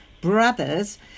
brothers